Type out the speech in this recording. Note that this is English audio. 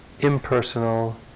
impersonal